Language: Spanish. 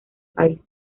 país